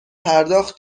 پرداخت